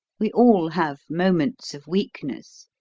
we all have moments of weakness,